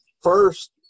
First